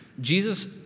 Jesus